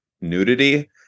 nudity